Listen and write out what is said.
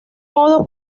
modo